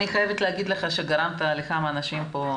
אני חייבת להגיד לך שגרמת לכמה אנשים פה,